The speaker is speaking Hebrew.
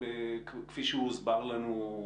כפי שהוא הוסבר לנו.